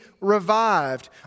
revived